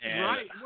Right